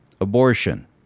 Abortion